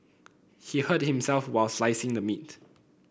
he hurt himself while slicing the meat